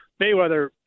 Mayweather